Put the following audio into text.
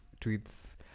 tweets